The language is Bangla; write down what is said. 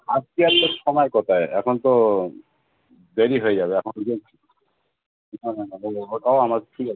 আজকে আর তো সময় কোথায় এখন তো দেরি হয়ে যাবে এখন যাই না না না না ওটাও আমার ঠিক আছে